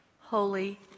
holy